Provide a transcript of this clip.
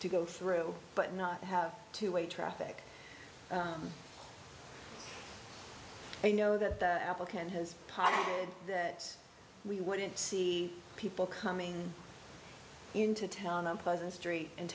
to go through but not have two way traffic you know that the applicant has that we wouldn't see people coming into town unpleasant street and